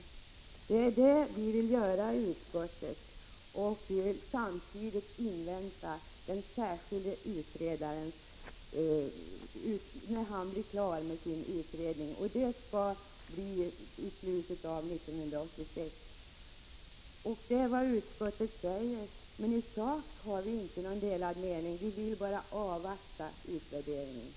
Utskottet vill invänta den beredning som nu pågår i justitiedepartementet och den särskilda utredarens arbete, som skall vara klart i slutet av 1986. I sak har vi alltså inte delade meningar. Utskottet vill bara avvakta — Prot. 1985/86:48 utvärderingen. 10 december 1985